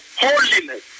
holiness